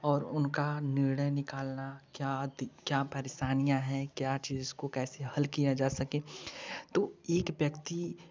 और उनका निर्णय निकालना क्या परेशनियाँ हैं क्या चीज को कैसे हल किया जा सके तो एक व्यक्ति